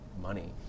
money